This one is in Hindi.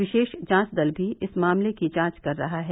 विशेष जांचदल भी इस मामले की जांच कर रहा है